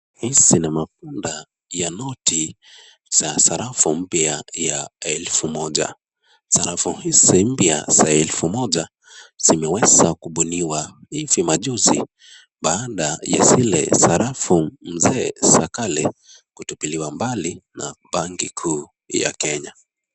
Hizi ni mabunda ya noti za sarafu mpya ya elfu moja. Sarafu hizi mpya za elfu moja zimeweza kubuniwa hivi majuzi baada ya zile sarafu mzee za kale kutupiliwa mbali na banki kuu ya kenya.